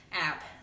app